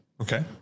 Okay